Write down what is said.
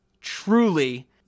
truly